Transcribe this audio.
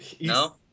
no